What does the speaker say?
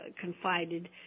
confided